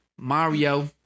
Mario